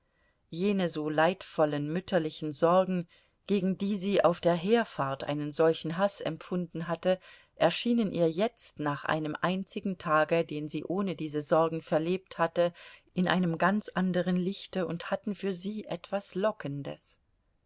jene so leidvollen mütterlichen sorgen gegen die sie auf der herfahrt einen solchen haß empfunden hatte erschienen ihr jetzt nach einem einzigen tage den sie ohne diese sorgen verlebt hatte in einem ganz andern lichte und hatten für sie etwas lockendes